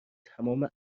تمام